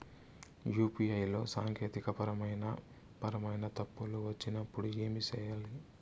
UPI లో సాంకేతికపరమైన పరమైన తప్పులు వచ్చినప్పుడు ఏమి సేయాలి